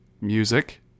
Music